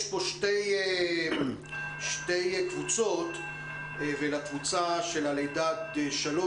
יש פה שתי קבוצות ולקבוצה של הלידה עד שלוש